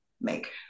make